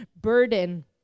burden